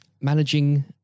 managing